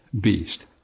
beast